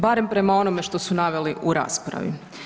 Barem prema onome što su naveli u raspravi.